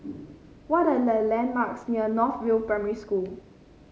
what are the landmarks near North View Primary School